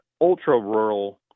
ultra-rural